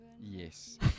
Yes